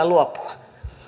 luopua